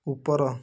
ଉପର